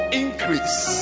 increase